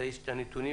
ויש את הנתונים.